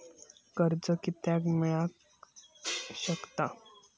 कर्ज कितक्या मेलाक शकता?